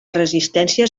resistència